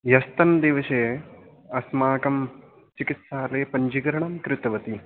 ह्यस्तनदिवसे अस्माकम् चिकित्सालये पञ्जीकरणम् कृतवती